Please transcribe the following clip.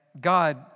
God